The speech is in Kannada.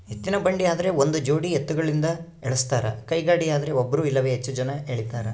ಎತ್ತಿನಬಂಡಿ ಆದ್ರ ಒಂದುಜೋಡಿ ಎತ್ತುಗಳಿಂದ ಎಳಸ್ತಾರ ಕೈಗಾಡಿಯದ್ರೆ ಒಬ್ರು ಇಲ್ಲವೇ ಹೆಚ್ಚು ಜನ ಎಳೀತಾರ